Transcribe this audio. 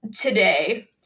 today